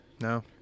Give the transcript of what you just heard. no